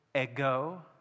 ego